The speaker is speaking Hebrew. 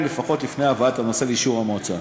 לפחות לפני הבאת הנושא לאישור המועצה,